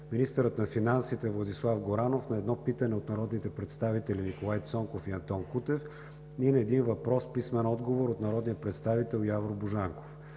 министърът на финансите Владислав Горанов на едно питане от народните представители Николай Цонков и Антон Кутев, и на един въпрос с писмен отговор от народния представител Явор Божанков;